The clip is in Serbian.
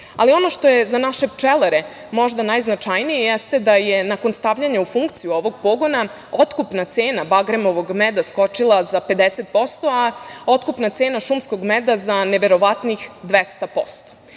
ali ono što je za naše pčelare najznačajnije jeste da je nakon stavljanja u funkciju ovog pogona otkupna cena bagremovog meda skočila za 50%, a otkupna cena šumskog meda za neverovatnih